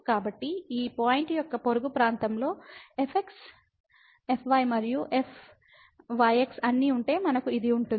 కాబట్టి ఈ Refer Time 1402 point యొక్క పొరుగు ప్రాంతంలో fxfy మరియు fyx అన్నీ ఉంటే మనకు ఇది ఉంటుంది